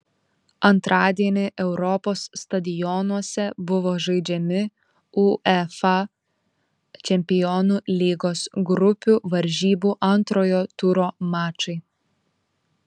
antradienį europos stadionuose buvo žaidžiami uefa čempionų lygos grupių varžybų antrojo turo mačai